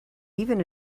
even